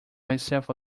myself